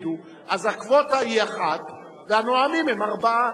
דוד אזולאי ודב חנין,